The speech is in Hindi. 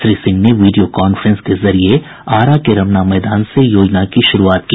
श्री सिंह ने वीडियो कॉफेंस के जरिये आरा के रमना मैदान से योजना की शुरूआत की